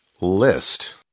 list